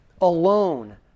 Alone